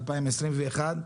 2021,